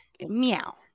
Meow